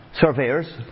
surveyors